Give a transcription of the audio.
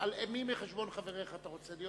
על חשבון מי מחבריך אתה רוצה להיות?